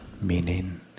meaning